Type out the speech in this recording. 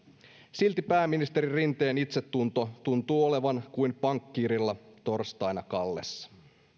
silti pääministeri rinteen itsetunto tuntuu olevan kuin pankkiirilla torstaina kallessa